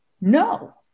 no